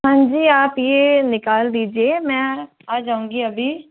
हाँ जी आप ये निकाल दीजिए मैं आ जाऊँगी अभी